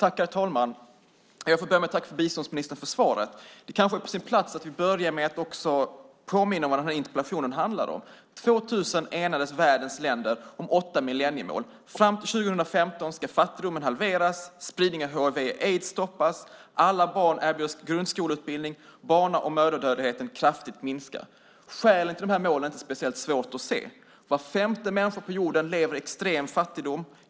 Herr talman! Jag får börja med att tacka biståndsministern för svaret. Det kanske är på sin plats att vi börjar med att också påminna om vad den här interpellationen handlar om. År 2000 enades världens länder om åtta millenniemål. Fram till 2015 ska fattigdomen halveras, spridning av hiv/aids stoppas, alla barn erbjudas grundskoleutbildning och barna och mödradödligheten kraftigt minska. Skälen till de här målen är inte speciellt svåra att se. Var femte människa på jorden lever i extrem fattigdom.